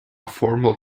formal